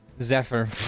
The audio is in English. Zephyr